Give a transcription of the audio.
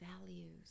values